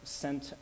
sent